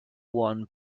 one